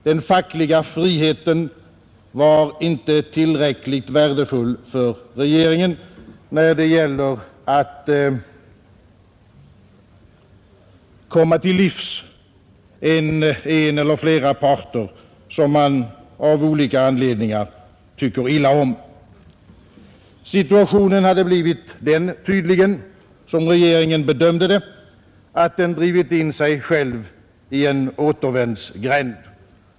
Den fackliga friheten var inte tillräckligt värdefull för regeringen, när det gäller att komma till livs en eller flera parter som man av olika anledningar tycker illa om. Situationen hade tydligen, som regeringen bedömt den, blivit att regeringen drivit in sig själv i en återvändsgränd.